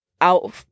out